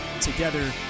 together